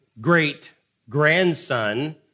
great-grandson